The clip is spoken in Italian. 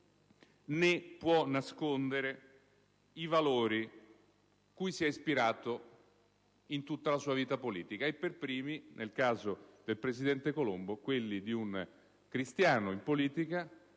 né può nascondere i valori cui si è ispirato in tutta la sua vita politica, per primi - nel caso del presidente Colombo - quelli di un cristiano in politica